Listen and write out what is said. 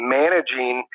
managing